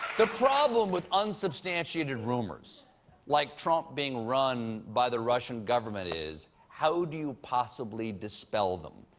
the problem with unsubstantiated rumors like trump being run by the russian government is how do you possibly dispel them?